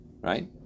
right